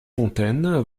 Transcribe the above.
fontaine